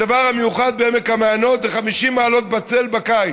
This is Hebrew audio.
הדבר המיוחד בעמק המעיינות זה 50 מעלות בצל בקיץ,